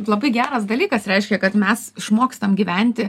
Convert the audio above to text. labai geras dalykas reiškia kad mes išmokstam gyventi